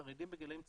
חרדים בגילאים צעירים,